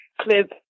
clip